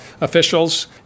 officials